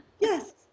Yes